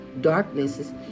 darknesses